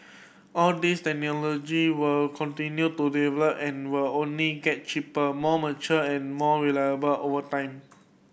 all these technology will continue to develop and will only get cheaper more mature and more reliable over time